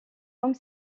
comme